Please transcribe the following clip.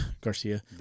Garcia